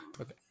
Okay